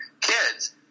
kids